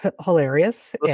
hilarious